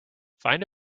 find